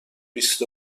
بیست